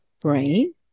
brain